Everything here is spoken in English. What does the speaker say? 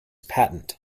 patent